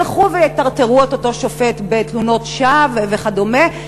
ילכו ויטרטרו את השופט בתלונות שווא וכדומה.